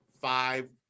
five